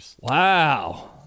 Wow